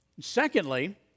Secondly